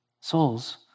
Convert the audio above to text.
Souls